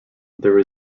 there